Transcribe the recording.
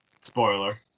Spoiler